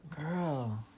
girl